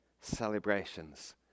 celebrations